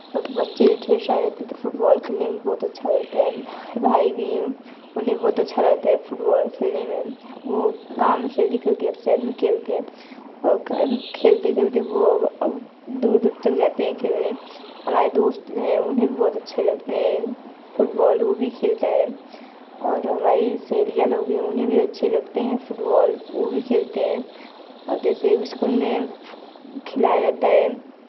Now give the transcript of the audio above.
बच्चे ढेरों सारे होते तो फुटबॉल खेलने में बहुत अच्छा लगता है और भाई भी हैं उन्हें बहुत अच्छा लगता है फुटबॉल खेलने में वो गाँव में खेलते खेलते है अक्सर में खेलते हैं और खेलते खेलते वो अब दूर दूर तक जाते हैं खेलने हमारे दोस्त जो हैं उन्हें भी बहुत अच्छे लगते हैं फुटबॉल वो भी खेलता है और हमारी सहेलियां लोग हैं उन्हें भी अच्छे लगते हैं फुटबॉल वो भी खेलते हैं अब जैसे इस्कुल में खिलाया जाता है